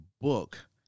book